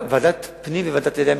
לוועדת הפנים וועדת העלייה,